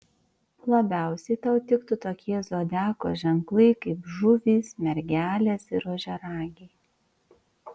labiausiai tau tiktų tokie zodiako ženklai kaip žuvys mergelės ir ožiaragiai